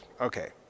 okay